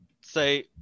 say